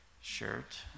shirt